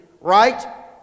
Right